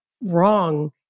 wrong